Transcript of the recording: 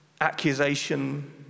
accusation